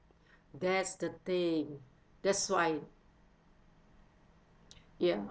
that's the thing that's why ya